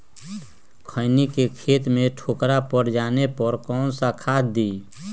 खैनी के खेत में ठोकरा पर जाने पर कौन सा खाद दी?